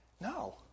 No